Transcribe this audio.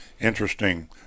interesting